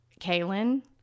Kaylin